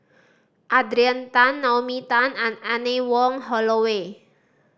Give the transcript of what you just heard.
Adrian Tan Naomi Tan and Anne Wong Holloway